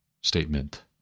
statement